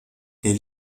les